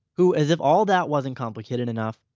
who, as if all that wasn't complicated enough,